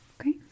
Okay